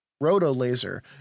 Roto-laser